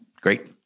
great